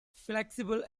flexible